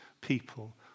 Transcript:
people